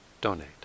donate